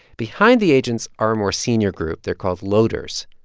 behind the agents are a more senior group. they're called loaders.